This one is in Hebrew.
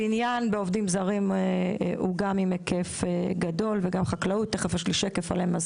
בנין בעובדים זרים הוא גם בהיקף גדול וגם חקלאות תכף יש לי שקף עליהם.